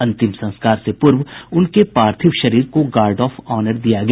अंतिम संस्कार से पूर्व उनके पार्थिव शरीर को गार्ड ऑफ ऑनर दिया गया